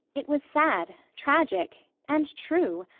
it was sad, tragic and true!